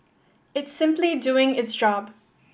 it's simply doing its job